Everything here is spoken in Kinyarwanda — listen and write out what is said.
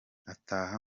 ataha